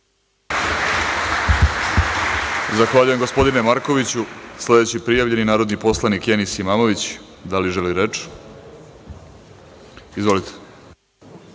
Zahvaljujem, gospodine Markoviću. Sledeći prijavljeni je narodni poslanik Enis Imamović. Da li želi reč? (Da.)Izvolite.